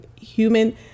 human